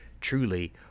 truly